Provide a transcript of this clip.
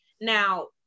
Now